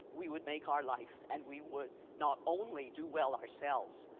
we would make our life and we would not only do well ourselves,